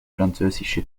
französische